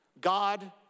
God